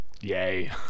yay